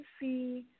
see